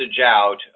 out